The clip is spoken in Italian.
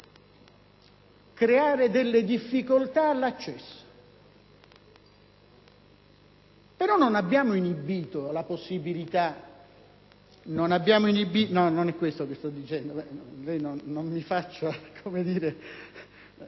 creare delle difficoltà all'accesso; però non abbiamo inibito la possibilità